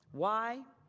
why?